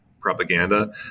propaganda